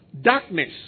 Darkness